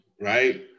right